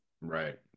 Right